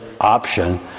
option